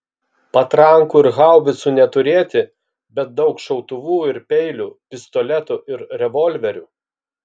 patrankų ir haubicų neturėti bet daug šautuvų ir peilių pistoletų ir revolverių